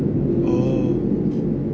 oh